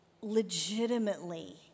legitimately